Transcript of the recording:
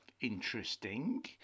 Interesting